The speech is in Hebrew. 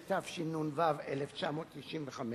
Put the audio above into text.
התשנ"ו 1995,